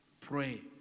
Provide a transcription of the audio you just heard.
Pray